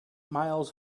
miles